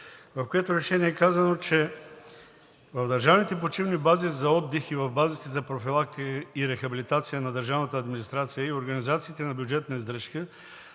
в което решение е казано, че в държавните почивни бази за отдих и в базите за профилактика и рехабилитация на държавната администрация и организациите на бюджетна издръжка